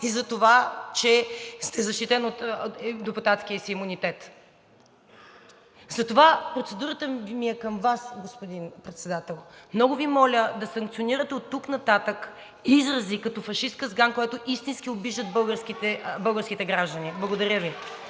и затова, че сте защитен от депутатския си имунитет. Затова процедурата ми е към Вас, господин Председател. Много Ви моля да санкционирате оттук нататък изрази като „фашистка сган“, който истински обижда българските граждани. Благодаря Ви.